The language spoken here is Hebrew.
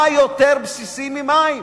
מה יותר בסיסי ממים?